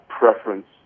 Preference